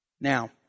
Now